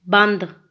ਬੰਦ